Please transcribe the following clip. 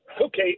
okay